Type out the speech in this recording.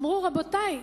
אמרו: רבותי,